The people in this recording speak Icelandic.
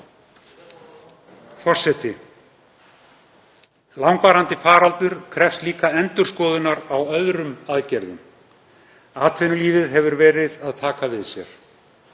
reddast? Langvarandi faraldur krefst líka endurskoðunar á öðrum aðgerðum. Atvinnulífið hefur verið að taka við sér.